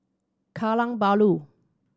Kallang Bahru